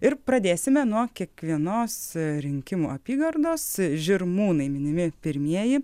ir pradėsime nuo kiekvienos rinkimų apygardos žirmūnai minimi pirmieji